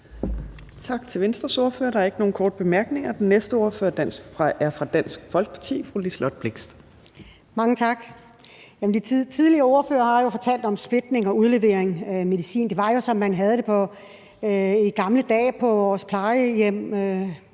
Tak til Venstres ordfører. Der er ikke nogen korte bemærkninger. Den næste ordfører er fra Dansk Folkeparti, fru Liselott Blixt. Kl. 13:14 (Ordfører) Liselott Blixt (DF): Mange tak. Jamen de tidligere ordførere har jo fortalt om splitning og udlevering af medicin. Det var jo, som det var i gamle dage på vores plejehjem